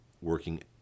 working